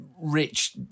rich